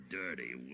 dirty